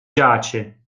giace